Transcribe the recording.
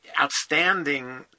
outstanding